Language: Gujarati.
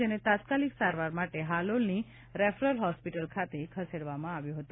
જેને તાત્કાલિક સારવાર માટે હાલોલની રેફરલ હોસ્પિટલ ખાતે ખસેડવામાં આવ્યો હતો